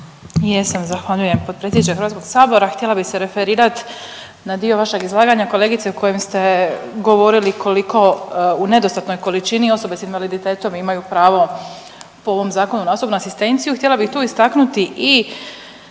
Jesam, zahvaljujem potpredsjedniče HS-a, htjela bih se referirati na dio vašeg izlaganja, kolegice, u kojem ste govorili koliko u nedostatnoj količini osobe s invaliditetom imaju pravo po ovom Zakonu na osobnu asistenciju. Htjela bih tu istaknuti i